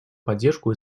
поддержку